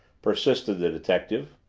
persisted the detective.